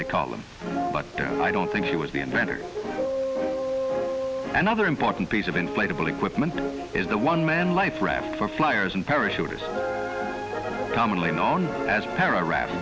they call them but i don't think she was the inventor and other important piece of inflatable equipment is a one man life raft for flyers and parachuters commonly known as paragraphs